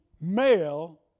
male